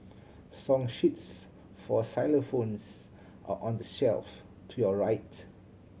song sheets for xylophones are on the shelf to your right